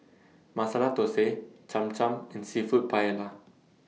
Masala Dosa Cham Cham and Seafood Paella